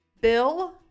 Bill